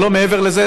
אבל לא מעבר לזה.